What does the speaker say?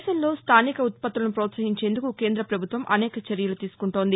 దేశంలో స్లానిక ఉత్పత్తులను ప్రోత్సహించేందుకు కేంద్ర ప్రభుత్వం అనేక చర్యలు తీసుకోంటోంది